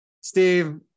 Steve